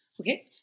Okay